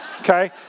Okay